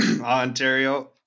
Ontario